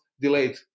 delayed